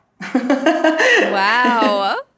Wow